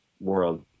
world